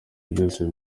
byose